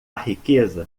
riqueza